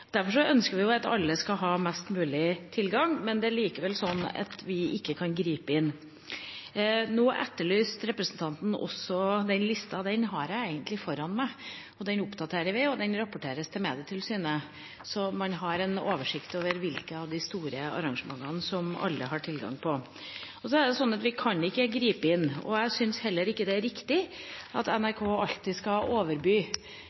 ønsker vi at alle skal ha mest mulig tilgang, men det er likevel sånn at vi ikke kan gripe inn. Nå etterlyste representanten også denne listen. Den har jeg foran meg, og den oppdaterer vi. Det rapporteres til Medietilsynet, så man har en oversikt over hvilke av de store arrangementene alle har tilgang på. Vi kan ikke gripe inn, og jeg syns heller ikke det er riktig at NRK alltid skal overby.